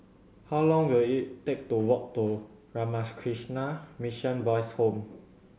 how long will it take to walk to Ramakrishna Mission Boys' Home